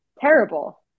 terrible